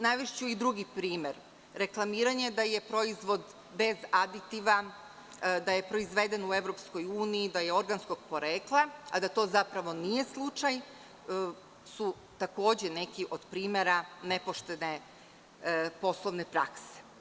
Navešću i drugi primer – reklamiranje da je proizvod bez aditiva, da je proizveden u EU, da je organskog porekla, a da to zapravo nije slučaj, što takođe spada pod nepoštenu poslovnu praksu.